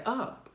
up